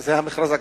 זה המכרז,